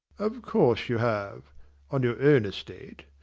of course you have on your own estate.